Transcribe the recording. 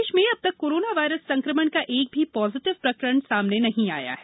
corona प्रदेश में अब तक कोरोना वायरस संकमण का एक भी पॉजीटिव प्रकरण सामने नहीं आया है